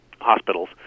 hospitals